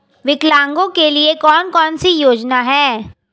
विकलांगों के लिए कौन कौनसी योजना है?